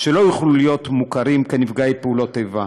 שלא יוכלו להיות מוכרים כנפגעי פעולות איבה.